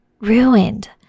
ruined